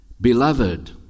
Beloved